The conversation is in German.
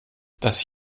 dass